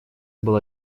была